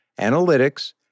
analytics